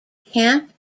camp